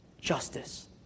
justice